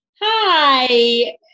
Hi